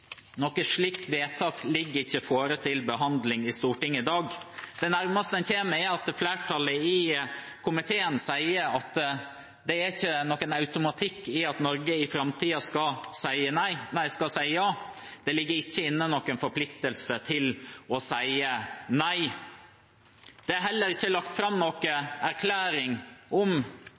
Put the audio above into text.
Noe slikt vedtak foreligger ikke til behandling i Stortinget i dag. Det nærmeste en kommer, er at flertallet i komiteen sier at det ikke er noen automatikk i at Norge i framtiden skal si ja. Det ligger ikke inne noen forpliktelse til å si nei. Det er heller ikke lagt fram noen erklæring om